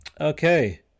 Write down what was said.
Okay